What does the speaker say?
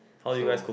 so